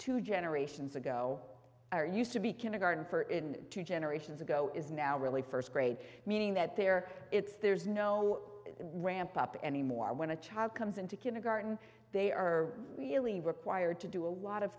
two generations ago are used to be kindergarten for in two generations ago is now really first grade meaning that there it's there's no ramp up anymore when a child comes into kindergarten they are really required to do a lot of